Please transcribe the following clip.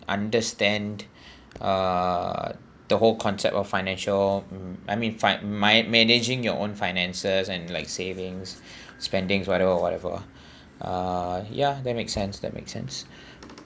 understand uh the whole concept of financial mm I mean fi~ mi~ managing your own finances and like savings spending whatever or whatever uh yeah that makes sense that makes sense